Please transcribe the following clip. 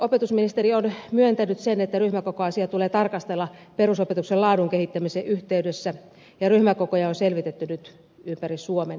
opetusministeri on myöntänyt sen että ryhmäkokoasiaa tulee tarkastella perusopetuksen laadun kehittämisen yhteydessä ja ryhmäkokoja on selvitetty nyt ympäri suomen